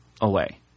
away